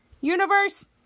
Universe